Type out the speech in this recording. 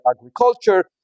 agriculture